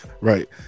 Right